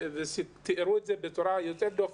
תארו את זה בצורה יוצאת דופן.